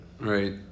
Right